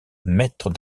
mètres